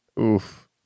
Oof